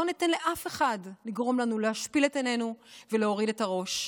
לא ניתן לאף אחד לגרום לנו להשפיל את עינינו ולהוריד את הראש.